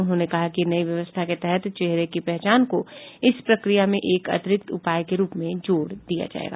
उन्होंने कहा कि नई व्यवस्था के तहत चेहरे की पहचान को इस प्रक्रिया में एक अतिरिक्त उपाय के रूप में जोड़ दिया जाएगा